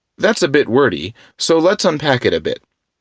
that's a bit wordy so let's unpack it a bit.